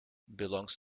belongs